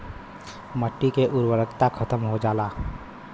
मट्टी के उर्वरता खतम हो जाला